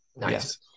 Yes